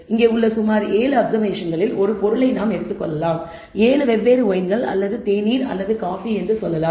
இங்கே உள்ள சுமார் 7 அப்சர்வேஷன்களில் ஒரு பொருளை நாம் எடுத்துக் கொள்ளலாம் 7 வெவ்வேறு ஒயின்கள் அல்லது தேநீர் அல்லது காபி என்று சொல்லலாம்